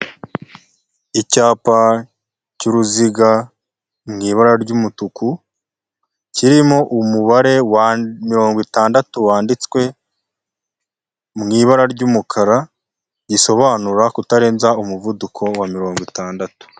Icyapa cy'uruziga mu ibara ry'umutuku, kirimo umubare wa mirongo itandatu wanditswe mu ibara ry'umukara, gisobanura kutarenza umuvuduko wa mirongo itandatu.